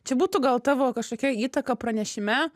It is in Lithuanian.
čia būtų gal tavo kažkokia įtaka pranešime